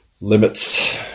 limits